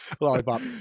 lollipop